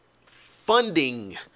funding